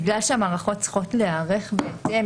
בגלל שהמערכות צריכות להיערך בהתאם,